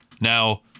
Now